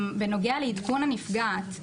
בנוגע לעדכון הנפגעת,